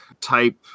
type